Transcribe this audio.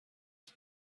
ich